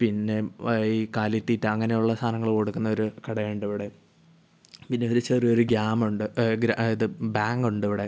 പിന്നെ ഈ കാലിത്തീറ്റ അങ്ങനെ ഉള്ള സാധനങ്ങൾ കൊടുക്കുന്നൊരു കട ഉണ്ട് ഇവിടെ പിന്നെ ഇതൊരു ചെറിയൊരു ഗ്രാമമുണ്ട് ഗ്രാ ഇത് ബാങ്ക് ഉണ്ട് ഇവിടെ